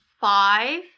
five